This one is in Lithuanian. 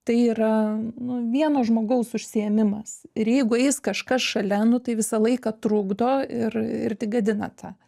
tai yra nu vieno žmogaus užsiėmimas ir jeigu eis kažkas šalia nu tai visą laiką trukdo ir ir tik gadina tą